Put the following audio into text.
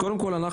קודם כל,